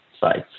sites